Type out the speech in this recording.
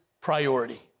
priority